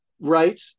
Right